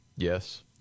Yes